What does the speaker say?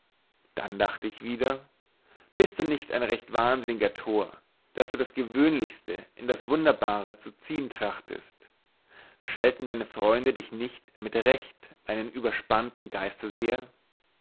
dann dachte ich wieder bist du nicht ein recht wahnsinniger tor daß du das gewöhnlichste in das wunderbare zu ziehen trachtest schelten deine freunde dich nicht mit recht einen überspannten